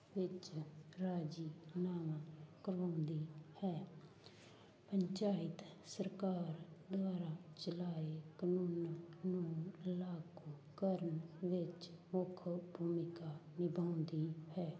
ਵਿੱਚ ਰਾਜ਼ੀਨਾਮਾ ਕਰਵਾਉਂਦੀ ਹੈ ਪੰਚਾਇਤ ਸਰਕਾਰ ਦੁਆਰਾ ਚਲਾਏ ਕਾਨੂੰਨਾਂ ਨੂੰ ਲਾਗੂ ਕਰਨ ਵਿੱਚ ਮੁੱਖ ਭੂਮਿਕਾ ਨਿਭਾਉਂਦੀ ਹੈ